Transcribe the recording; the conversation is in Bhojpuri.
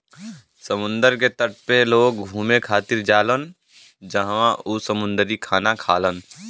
समुंदर के तट पे लोग घुमे खातिर जालान जहवाँ उ समुंदरी खाना खालन